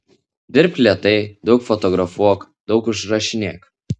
dirbk lėtai daug fotografuok daug užrašinėk